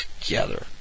together